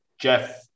Jeff